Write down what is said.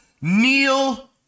kneel